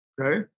Okay